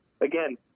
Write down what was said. again